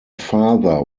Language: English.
father